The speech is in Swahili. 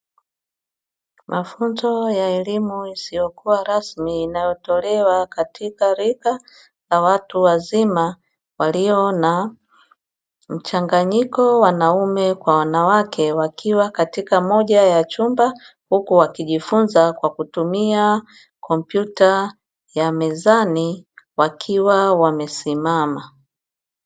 Mafunzo ya elimu isiyokuwa rasmi inayotolewa katika rika la watu wazima, walio na mchanganyiko wanaume kwa wanawake wakiwa katika moja ya chumba, huku wakijifunza kwa kutumia kompyuta ya mezani wakiwa wamesimama.